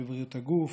בבריאות הגוף.